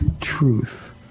truth